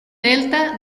delta